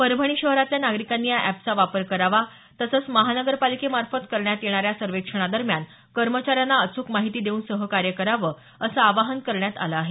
परभणी शहरातल्या नागरिकांनी या एपचा वापर करावा तसंच महानगरपालिकेमार्फत करण्यात येणाऱ्या सर्वेक्षणादरम्यान कर्मचाऱ्यांना अचूक माहिती देऊन सहकार्य करावं असं आवाहन करण्यात आलं आहे